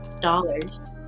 dollars